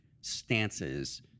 stances